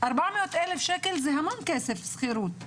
400,000 ₪ זה המון כסף לשכירות שמשלמים.